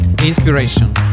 Inspiration